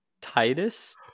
Titus